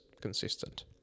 consistent